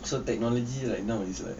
so technology right now is like